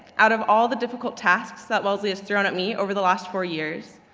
out of all the difficult tasks that wellesley has thrown at me over the last four years,